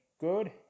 good